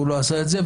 והוא לא עשה את זה.